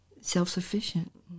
self-sufficient